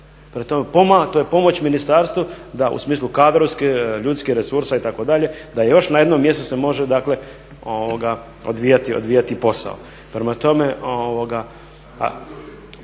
to je pomoć ministarstvu da u smislu kadrovskih, ljudskih resursa itd. da još na jednom mjestu se može dakle odvijati posao. Prema tome,